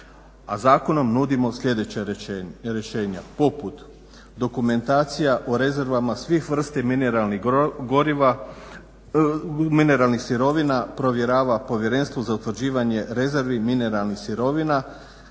A zakonom nudimo sljedeća rješenja